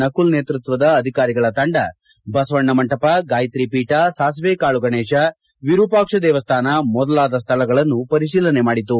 ನಕುಲ್ ನೇತೃಕ್ಷದ ಅಧಿಕಾರಿಗಳ ತಂಡ ಬಸವಣ್ಣ ಮಂಟಪ ಗಾಯಿತ್ರಿ ಪೀಠ ಸಾಸಿವೆಕಾಳು ಗಣೇಶ್ ವಿರೂಪಾಕ್ಷ ದೇವಸ್ಥಾನ ಮೊದಲಾದ ಸ್ಥಳಗಳನ್ನು ಪರಿಶೀಲನೆ ಮಾಡಿತು